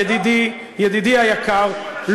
ידידי היקר,